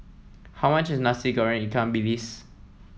how much is Nasi Goreng Ikan Bilis